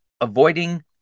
avoiding